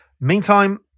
Meantime